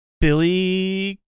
Billy